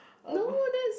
no that's